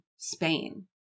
Spain